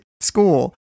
school